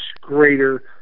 greater